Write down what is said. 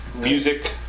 Music